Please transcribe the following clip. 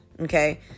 Okay